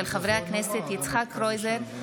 של חברי הכנסת יצחק קרויזר,